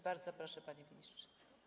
Bardzo proszę, panie ministrze.